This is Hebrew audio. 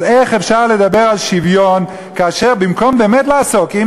אז איך אפשר לדבר על שוויון כאשר במקום לעסוק באמת,